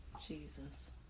Jesus